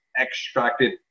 extracted